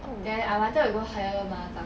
then I wanted to go higher mother tongue